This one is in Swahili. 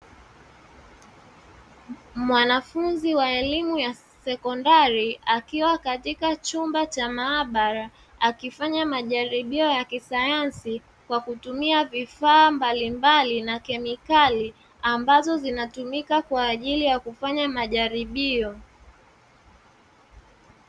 Mwanafunzi wa elimu ya sekondari akiwa katika chumba cha maabara, akifanya majaribio ya kisayansi kwa kutumia vifaa mbalimbali na kemikali ambazo zinatumika kwa ajili ya kufanya majaribio.